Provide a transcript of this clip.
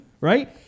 Right